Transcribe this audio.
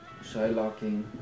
Shylocking